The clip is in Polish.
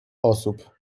osób